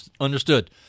Understood